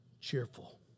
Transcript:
cheerful